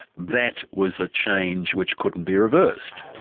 that was a change which couldn't be reversed.